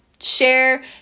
share